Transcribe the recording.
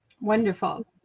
Wonderful